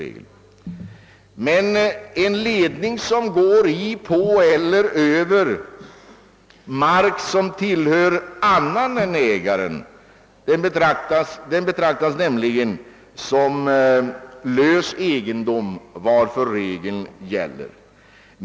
ning som går i, på eller över mark som tillhör annan än ägaren betraktas nämligen som lös egendom, varför regeln alltså gäller.